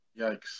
Yikes